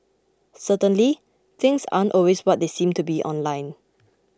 certainly things aren't always what they seem to be online